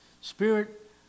Spirit